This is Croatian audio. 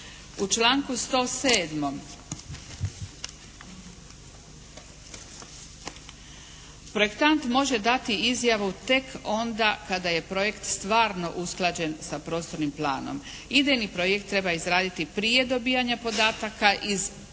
U članku 107. projektant može dati izjavu tek onda kada je projekt stvarno usklađen sa prostornim planom. Idejni projekt treba izraditi prije dobijanja podataka iz